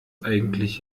eigentlich